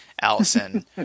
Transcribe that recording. Allison